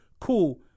Cool